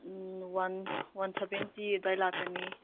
one seventy ꯑꯗꯨꯋꯥꯏ ꯂꯥꯛꯀꯅꯤ